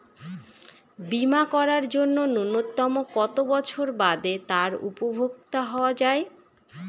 বীমা করার জন্য ন্যুনতম কত বছর বাদে তার উপভোক্তা হওয়া য়ায়?